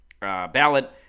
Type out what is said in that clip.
ballot